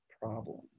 problem